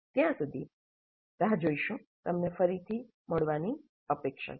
ત્યાં સુધી રાહ જોઇશું તમને ફરીથી મળવાની આશા છે